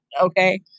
okay